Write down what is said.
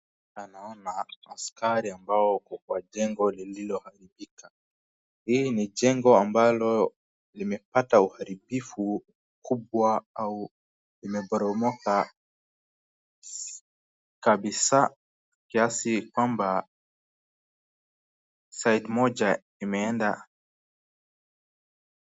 Hapa naona askari ambao wako kwa jengo lililoharibika , hii ni jengo ambalo limepata uharibifu kubwa au limeporomoka kabisa kiasi kwamba side moja imeenda .